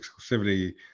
exclusivity